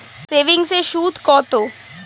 সেভিংসে সুদ কত?